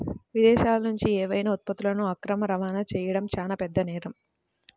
విదేశాలనుంచి ఏవైనా ఉత్పత్తులను అక్రమ రవాణా చెయ్యడం చానా పెద్ద నేరం